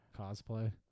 cosplay